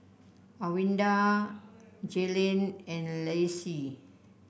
Alwilda Jaylen and Lacie